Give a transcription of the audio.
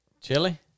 chili